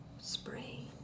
Spray